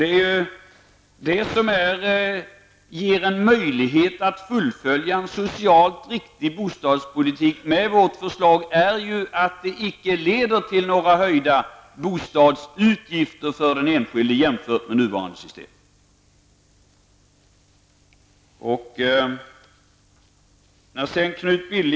Det som gör att man efter genomförande av vårt förslag kan genomföra en socialt riktig bostadspolitik är ju detta att det, om man jämför med det nuvarande systemet, inte leder till någon höjning av bostadsutgifterna för den enskilde.